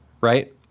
Right